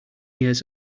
years